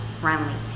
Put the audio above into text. friendly